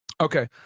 okay